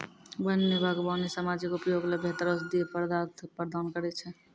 वन्य बागबानी सामाजिक उपयोग ल बेहतर औषधीय पदार्थ प्रदान करै छै